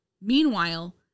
Meanwhile